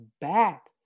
back